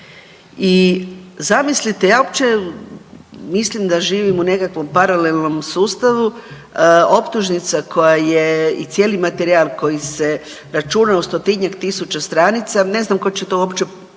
i zamislite ja uopće mislim da živimo u nekakvom paralelnom sustavu, optužnica koja je i cijeli materijal koji se računa u stotinjak tisuća stranica ne znam tko je to uopće u stanju